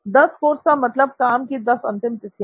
10 course का मतलब काम की दस अंतिम तिथियां